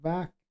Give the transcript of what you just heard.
Back